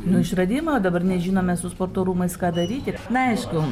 nu išradimai dabar nežinome su sporto rūmais ką daryti na aišku